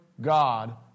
God